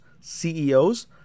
CEOs